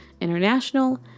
International